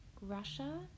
Russia